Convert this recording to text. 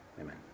Amen